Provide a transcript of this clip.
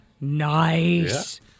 Nice